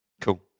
Cool